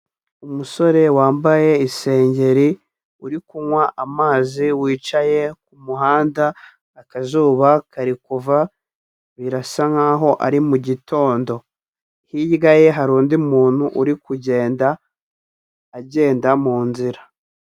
Umusore wambaye isengeri uri kunywa amazi wicaye ku muhanda, akazuba kare kuva birasa nkaho ari mu gitondo, hirya ye hari undi muntu uri kugenda agenda mu nzira.